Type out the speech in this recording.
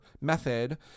method